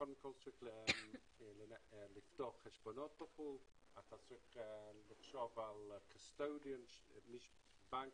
צריך לפתוח חשבונות בחו"ל, לחשוב על בנק